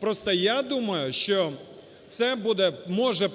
Просто я думаю, що це буде... може